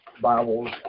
Bibles